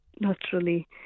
naturally